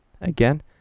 again